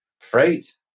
freight